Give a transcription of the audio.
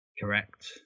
Correct